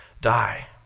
die